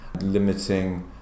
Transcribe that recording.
Limiting